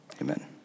amen